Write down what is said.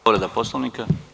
Povreda Poslovnika.